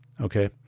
Okay